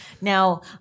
now